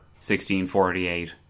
1648